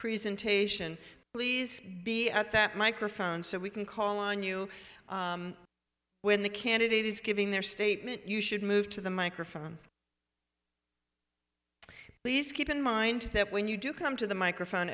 presentation please be at that microphone so we can call on you when the candidate is giving their statement you should move to the microphone please keep in mind that when you do come to the microphone